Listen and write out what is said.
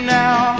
now